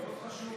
מאוד חשוב,